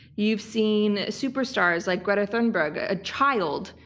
you've seen superstars like greta thunberg, a child,